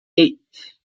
eight